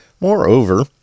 Moreover